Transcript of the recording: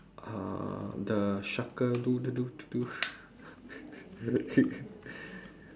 uh the sharker